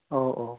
अ अ